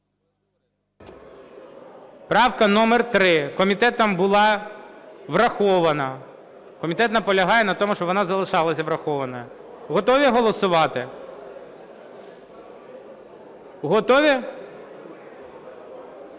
Правка номер 3 комітетом була врахована. Комітет наполягає на тому, щоб вона залишалася врахованою. Готові голосувати? Готові? Прошу